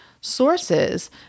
sources